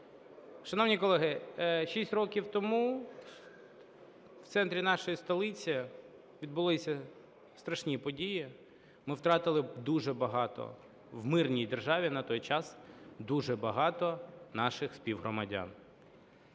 Шановні колеги, 6 років тому в центрі нашої столиці відбулися страшні події, ми втратили дуже багато в мирній державі на той час, дуже багато наших співгромадян.